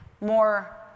more